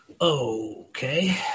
Okay